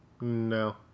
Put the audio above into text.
No